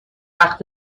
فقط